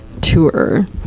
tour